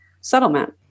settlement